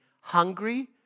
hungry